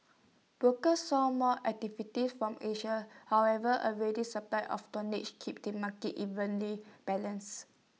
brokers saw more activity from Asia however A ready supply of tonnage kept the market evenly balanced